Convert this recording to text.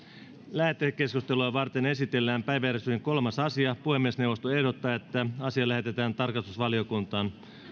lähetekeskustelua varten esitellään päiväjärjestyksen kolmas asia puhemiesneuvosto ehdottaa että asia lähetetään tarkastusvaliokuntaan